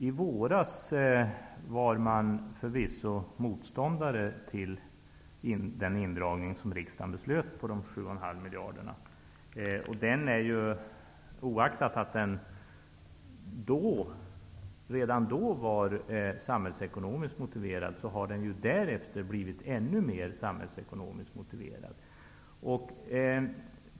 I våras var Socialdemokraterna förvisso motståndare till den indragning på 7,5 miljarder som riksdagen beslöt. Den indragningen var redan då samhällsekonomiskt motiverad, och det gäller ju i ännu högre grad nu.